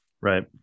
right